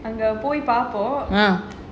அங்க போய் பாப்போம்:anga poi paapom